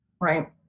Right